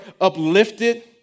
uplifted